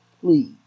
please